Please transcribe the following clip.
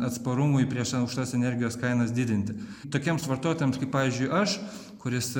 atsparumui prieš aukštas energijos kainas didinti tokiems vartotojams kaip pavyzdžiui aš kuris